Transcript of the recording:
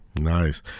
Nice